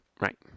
Right